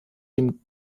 dem